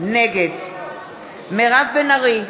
נגד מירב בן ארי,